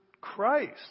Christ